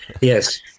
Yes